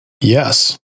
Yes